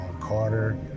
Carter